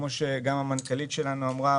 כפי שגם המנכ"לית שלנו אמרה,